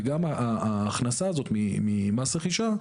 וגם ההכנסה הזאת ממס רכישה,